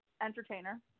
Entertainer